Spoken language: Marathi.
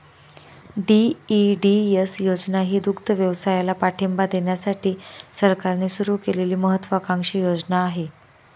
डी.ई.डी.एस योजना ही दुग्धव्यवसायाला पाठिंबा देण्यासाठी सरकारने सुरू केलेली महत्त्वाकांक्षी योजना आहे